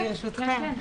ברשותכם.